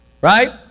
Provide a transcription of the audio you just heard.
Right